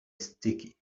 sticky